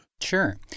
Sure